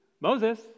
Moses